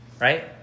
Right